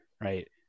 Right